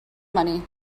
money